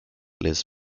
liz